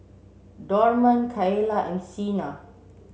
Dorman Kaela and Sina